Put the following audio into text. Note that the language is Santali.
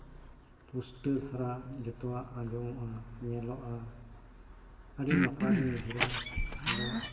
ᱯᱩᱥᱴᱟᱹ ᱫᱷᱟᱨᱟ ᱡᱚᱛᱚᱣᱟᱜ ᱟᱸᱡᱚᱢᱚᱜᱼᱟ ᱧᱮᱞᱚᱜᱼᱟ ᱟᱹᱰᱤ ᱱᱟᱯᱟᱭ ᱞᱤᱧ ᱩᱭᱦᱟᱹᱨᱟ ᱟᱫᱚ